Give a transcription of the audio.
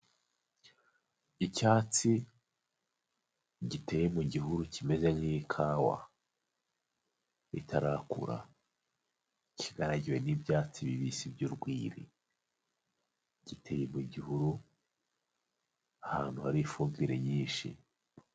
Icyatsi giteye mu gihuru kimeze nk'ikawa itakura, kigaragiwe n'ibyatsi bibisi by'urwibi, giteyeri mu gihuru ahantu hari ifumbire nyinshi.